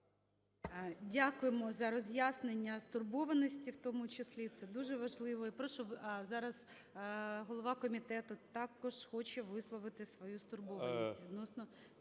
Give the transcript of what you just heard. Дякуємо за роз'яснення стурбованості в тому числі. Це дуже важливо. І прошу, зараз голова комітету також хоче висловити свою стурбованість